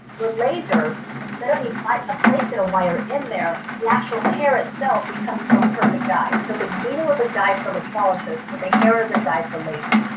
with laser instead of me like ah placing that a wire in there, the actual hair itself becomes its own perfect guide. so the needle is a guide for electrolysis but the hair is a guide for laser.